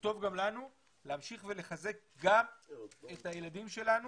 הוא טוב גם לנו להמשיך ולחזק גם את הילדים שלנו